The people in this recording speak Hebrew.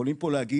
יכולים פה להגיד,